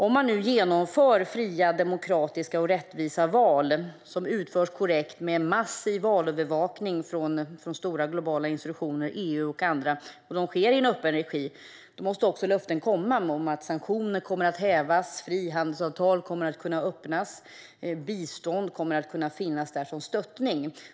Om man genomför fria, demokratiska och rättvisa val som utförs korrekt med en massiv valövervakning från stora globala institutioner, EU och andra, i en öppen regi, måste också löften ges om att sanktioner kommer att hävas, frihandelsavtal kommer att öppnas och bistånd kommer att finnas som stöttning.